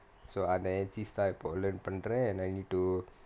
so அந்த:antha encees தான் இப்போ:thaan ippo lead பண்றான்:pandraan and I need to